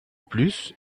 plus